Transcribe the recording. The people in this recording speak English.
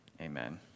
Amen